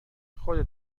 خودت